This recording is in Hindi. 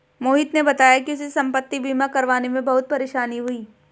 मोहित ने बताया कि उसे संपति बीमा करवाने में बहुत परेशानी हुई